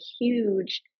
huge